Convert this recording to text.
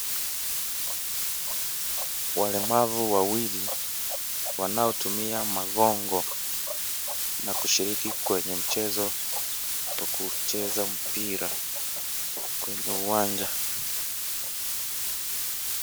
Walemavu wawili wanaotumia makongo na kushiriki kwenye mchezo wa kucheza mpira kwenye uwanja .